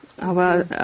Aber